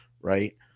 right